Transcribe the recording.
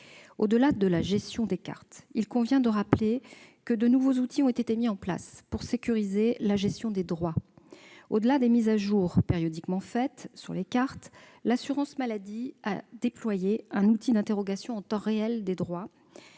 Au-delà de la gestion des cartes, il convient de rappeler que de nouveaux outils ont été mis en place pour sécuriser la gestion des droits. Outre les mises à jour périodiquement faites sur les cartes, l'assurance maladie a déployé un outil d'interrogation en temps réel des droits.